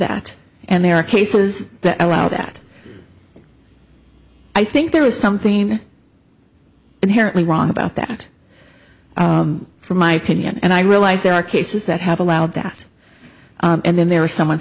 that and there are cases that allow that i think there is something inherently wrong about that for my opinion and i realize there are cases that have allowed that and then there is someone